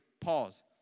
pause